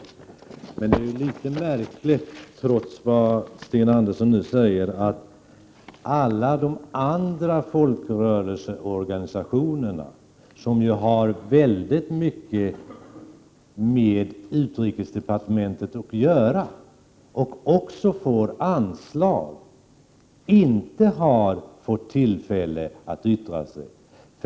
Trots det som sägs i svaret, är det något märkligt att övriga folkrörelseorganisationer, som har mycket med utrikesdepartementet att göra och som får anslag, inte har fått tillfälle att yttra sig.